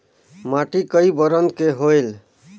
माटी कई बरन के होयल?